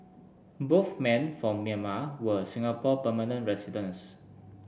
both men from Myanmar were Singapore permanent residents